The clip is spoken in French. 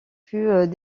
fut